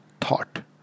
thought